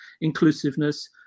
inclusiveness